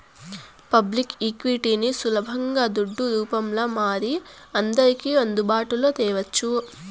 public ఈక్విటీని సులబంగా దుడ్డు రూపంల మారి అందర్కి అందుబాటులో తేవచ్చు